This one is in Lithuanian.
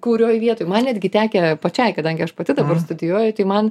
kurioj vietoj man netgi tekę pačiai kadangi aš pati dabar studijuoju tai man